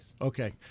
Okay